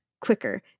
quicker